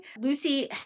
Lucy